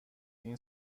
این